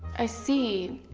i see.